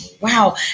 Wow